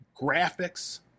graphics